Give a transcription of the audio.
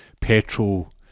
petrol